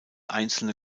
einzelne